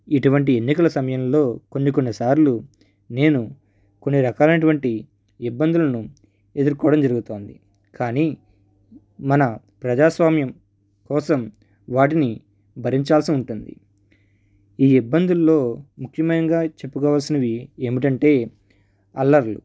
ఇటువంటి ఎన్నికల సమయంలో కొన్ని కొన్ని సార్లు నేను కొన్ని రకాలైనటువంటి ఇబ్బందులను ఎదుర్కోవడం జరుగుతోంది కానీ మన ప్రజాస్వామ్యం కోసం వాటిని భరించాల్సి ఉంటుంది ఈ ఇబ్బందుల్లో ముఖ్యమంగా చెప్పుకోవాల్సినవి ఏమిటంటే అల్లర్లు